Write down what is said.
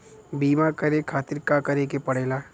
बीमा करे खातिर का करे के पड़ेला?